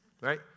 right